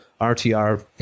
RTR